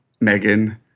Megan